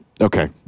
Okay